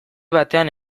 batean